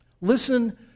Listen